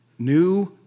New